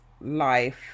life